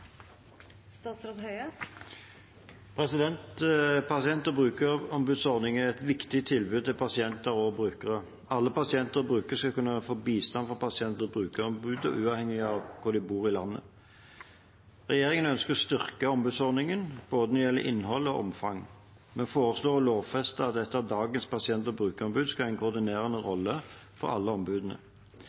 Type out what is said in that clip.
et viktig tilbud til pasienter og brukere. Alle pasienter og brukere skal kunne få bistand fra pasient- og brukerombudet, uavhengig av hvor de bor i landet. Regjeringen ønsker å styrke ombudsordningen når det gjelder både innhold og omfang. Vi foreslår å lovfeste at et av dagens pasient- og brukerombud skal ha en koordinerende rolle for alle ombudene.